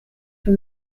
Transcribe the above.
for